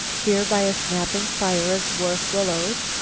here, by a snapping fire of dwarf willows,